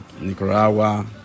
Nicaragua